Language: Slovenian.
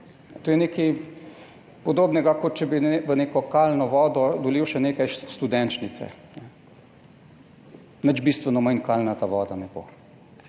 To je nekaj podobnega, kot če bi v neko kalno vodo dolil še nekaj studenčnice. Nič bistveno manj kalna voda ne bo.